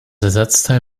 ersatzteil